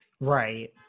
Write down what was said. Right